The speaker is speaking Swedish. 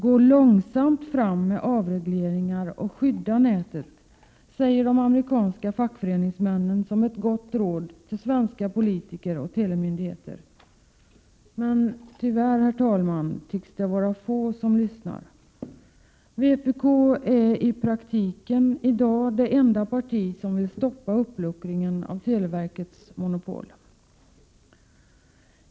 Gå långsamt fram med avregleringar och skydda nätet, säger de amerikanska fackföreningsmännen som ett gott råd till svenska politiker och telemyndigheter. Men tyvärr tycks det vara få som lyssnat. Vpk är i praktiken i dag det enda parti som vill stoppa uppluckringen av televerkets monopol.